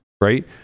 right